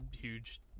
huge